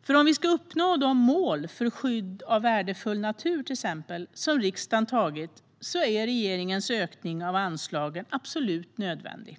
vi till exempel ska uppnå de mål för skydd av värdefull natur som riksdagen antagit är regeringens ökning av anslagen absolut nödvändig.